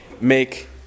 make